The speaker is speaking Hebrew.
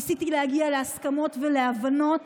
ניסיתי להגיע להסכמות ולהבנות